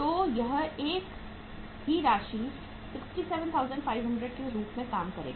तो यह एक ही राशि 67500 के रूप में काम करेगा